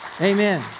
Amen